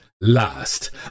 last